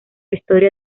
historia